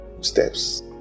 steps